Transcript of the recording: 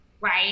right